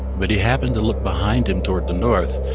but he happened to look behind him toward the north.